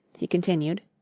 he continued.